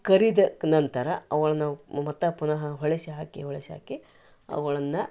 ಕರಿದ ನಂತರ ಅವುಗಳನ್ನು ಮತ್ತೆ ಪುನಃ ಹೊಳೆಸಿ ಹಾಕಿ ಹೊಳೆಸಿ ಹಾಕಿ ಅವುಗಳನ್ನ